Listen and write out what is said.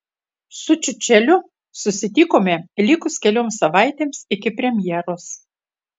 su čiučeliu susitikome likus kelioms savaitėms iki premjeros